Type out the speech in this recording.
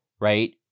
right